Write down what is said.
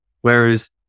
Whereas